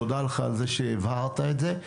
תודה לך על זה שהבהרת את זה.